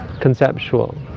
conceptual